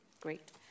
Great